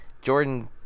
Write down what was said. Jordan